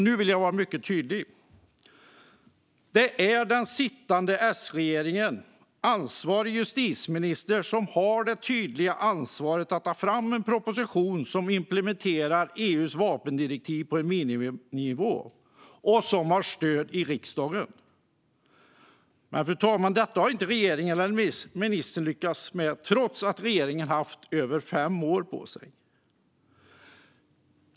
Nu vill jag vara mycket tydlig: Det är den sittande S-regeringen och ansvarig justitieminister som har det tydliga ansvaret att ta fram en proposition som implementerar EU:s vapendirektiv på en miniminivå och som har stöd i riksdagen. Men, fru talman, detta har inte regeringen eller ministern lyckats med, trots att man haft över fem år på sig.